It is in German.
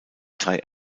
drei